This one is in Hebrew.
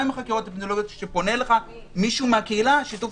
עם חקירות אפידמיולוגיות אבל כשפונה אליך מישהו מן הקהילה שיתוף